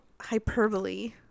hyperbole